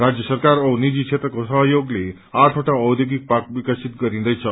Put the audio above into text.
राज्य सरकार औ निजी क्षेत्रको सहयोगले आठवटा औध्योगिक पाक विकसित गरिँदैछ